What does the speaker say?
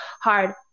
hard